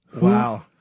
wow